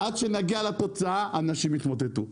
עד שנגיע לתוצאה אנשים יתמוטטו.